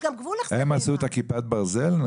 הם עשו את הכיפת ברזל?